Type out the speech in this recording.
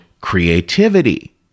creativity